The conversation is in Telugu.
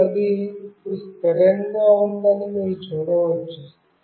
మరియు అది ఇప్పుడు స్థిరంగా ఉందని మీరు చూడవచ్చు